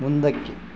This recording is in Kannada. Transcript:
ಮುಂದಕ್ಕೆ